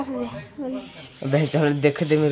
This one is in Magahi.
बायोसिंथेटिक तरीका से मकड़ी के रेशम बनावे पर शोध चलित हई